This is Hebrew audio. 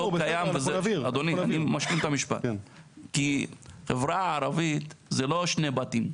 כי חברה הערבית זה לא שני בתים.